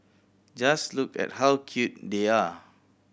just look at how cute they are